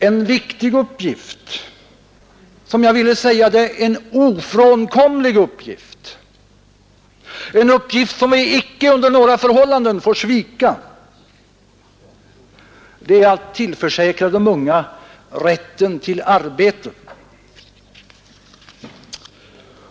En viktig uppgift — jag vill säga en ofrånkomlig uppgift, som vi icke under några förhållanden får svika — är att tillförsäkra de unga rätten till arbete.